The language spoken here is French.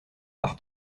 par